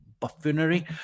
buffoonery